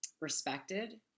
respected